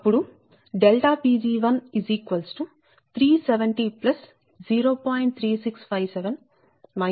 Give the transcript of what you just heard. అప్పుడు Pg13700